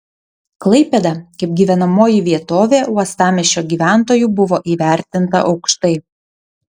klaipėda kaip gyvenamoji vietovė uostamiesčio gyventojų buvo įvertinta aukštai